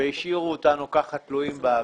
והשאירו אותנו תלויים באוויר?